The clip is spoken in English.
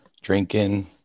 Drinking